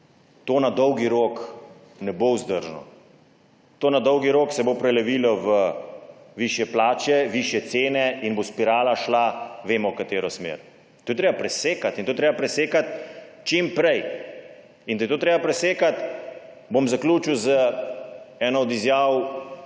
To na dolgi rok ne bo vzdržno. Na dolgi rok se bo to prelevilo v višje plače, višje cene in bo spirala šla, vemo, v katero smer. To je treba presekati in to je treba presekati čim prej. In da je to treba presekati, bom zaključil z eno od izjav